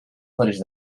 ferits